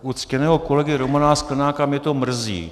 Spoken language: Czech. U ctěného kolegy Romana Sklenáka mě to mrzí.